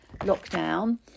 lockdown